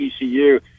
ECU